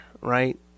Right